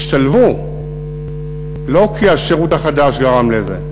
השתלבו, לא כי השירות החדש גרם לזה.